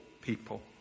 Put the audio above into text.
people